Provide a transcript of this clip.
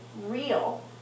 real